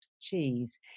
cheese